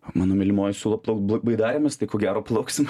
mano mylimoji siūlo plaukt bai baidarėmis tai ko gero plauksim